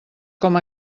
com